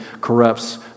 corrupts